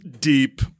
deep